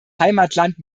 heimatland